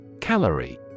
Calorie